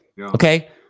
okay